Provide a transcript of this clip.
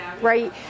right